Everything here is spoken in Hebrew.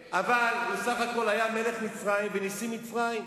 בסך הכול הוא היה מלך מצרים ונשיא מצרים.